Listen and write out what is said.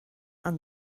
and